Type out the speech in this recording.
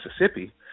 Mississippi